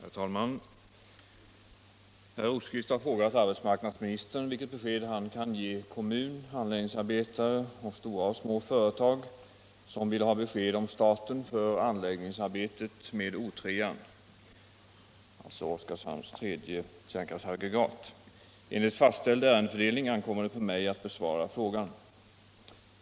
Herr talman! Herr Rosqvist har frågat arbetsmarknadsministern vilket besked han kan ge kommun, anläggningsarbetare samt stora och små företag som vill ha besked om starten för anläggningsarbetet med O 3, alltså Oskarshamns tredje kärnkraftsaggregat. Enligt fastställd ärendefördelning ankommer det på mig att besvara frågan.